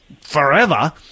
forever